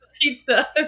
pizza